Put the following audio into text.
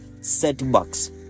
setbacks